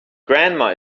grandma